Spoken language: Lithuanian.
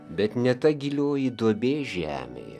bet ne ta gilioji duobė žemėje